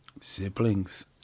Siblings